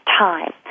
time